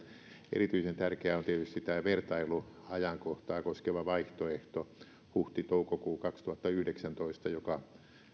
erityisen tärkeä on tietysti tämä vertailuajankohtaa koskeva vaihtoehto huhti toukokuu kaksituhattayhdeksäntoista joka